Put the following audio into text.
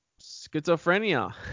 schizophrenia